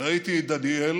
ראיתי את דניאל